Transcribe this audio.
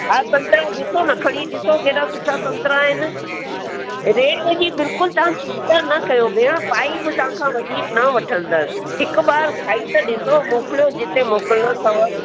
हा संतरा ॾिसो न खणी ॾिसो न केॾा सुठा संतरा आहिनि रेट जी तव्हां बिल्कुलु चिंता न कयो भेण पाई बि तव्हां खां वधीक न वठंदसि हिकु ॿ खाई त ॾिसो मोकिलियो जिते मोकिलिणो अथव